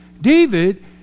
David